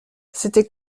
c’était